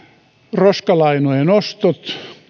roskalainojen ostot